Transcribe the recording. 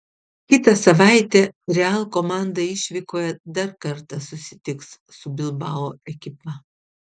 kitą savaitę real komanda išvykoje dar kartą susitiks su bilbao ekipa